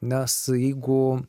nes jeigu